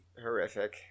Horrific